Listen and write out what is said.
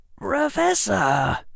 Professor